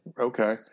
Okay